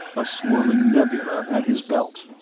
a swirling nebula at his belt.